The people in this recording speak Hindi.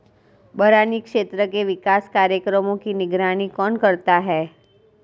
बरानी क्षेत्र के विकास कार्यक्रमों की निगरानी कौन करता है?